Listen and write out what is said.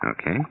Okay